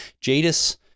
Jadis